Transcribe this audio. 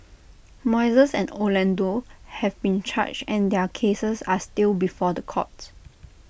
Moises and Orlando have been charged and their cases are still before the courts